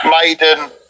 Maiden